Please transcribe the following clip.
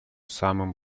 самым